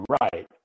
right